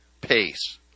pace